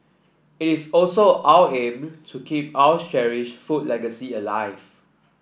it is also our aim to keep our cherished food legacy alive